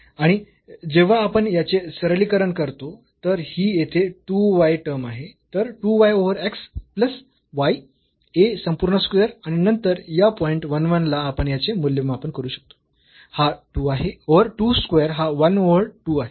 आणि जेव्हा आपण याचे सरलीकरण करतो तर ही येथे 2 y टर्म आहे तर 2 y over x plus y a संपूर्ण स्क्वेअर आणि नंतर या पॉईंट 1 1 ला आपण याचे मूल्यमापन करू शकतो हा 2 आहे ओव्हर 2 स्क्वेअर हा 1 ओव्हर 2 आहे